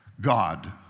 God